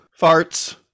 farts